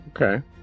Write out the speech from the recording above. Okay